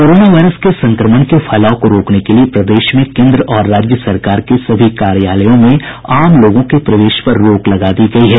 corona virus के संक्रमण के फैलाव को रोकने के लिये प्रदेश में केंद्र और राज्य सरकार के सभी कार्यालयों में आम लोगों के प्रवेश पर रोक लगा दी गयी है